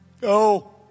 Go